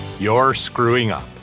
you're screwing up.